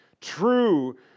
true